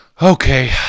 okay